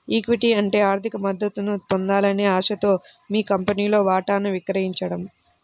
equity అంటే ఆర్థిక మద్దతును పొందాలనే ఆశతో మీ కంపెనీలో వాటాను విక్రయించడం